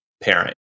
parent